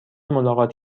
ملاقات